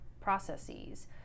processes